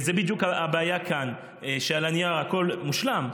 זאת בדיוק הבעיה כאן: על הנייר הכול מושלם,